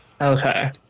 Okay